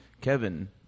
Kevin